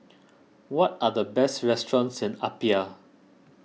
what are the best restaurants in Apia